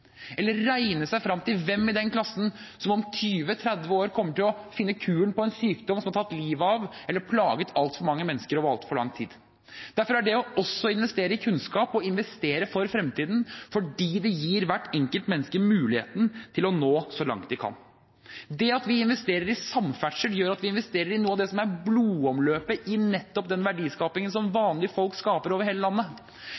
eller regne seg frem til hvem i den klassen som om 20–30 år kommer til å finne kuren for en sykdom som har tatt livet av eller plaget altfor mange mennesker over altfor lang tid. Derfor er det å investere i kunnskap å investere i fremtiden, fordi det gir hvert enkelt menneske muligheten til å nå så langt det kan. Det at vi investerer i samferdsel, gjør at vi investerer i noe av det som er blodomløpet i nettopp den verdiskapingen som